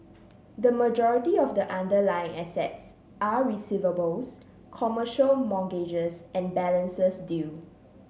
the majority of the underlying assets are receivables commercial mortgages and balances due